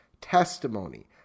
Testimony